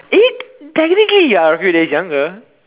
eh technically you are a few days younger